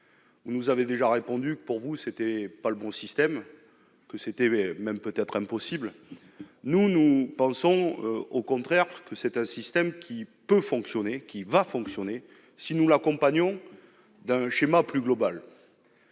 vous nous aviez répondu, madame la ministre, que ce n'était pas le bon système et que c'était même peut-être impossible. Nous pensons le contraire : c'est un système qui peut fonctionner, qui va fonctionner, si nous l'accompagnons d'un schéma plus global.